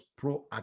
proactive